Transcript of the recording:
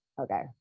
Okay